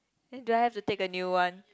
then do I have to take a new one